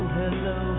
hello